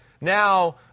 now